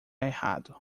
errado